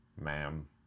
ma'am